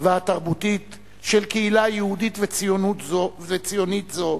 והתרבותית של קהילה יהודית וציונית זו